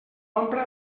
ampra